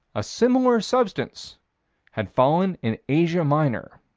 a similar substance had fallen in asia minor.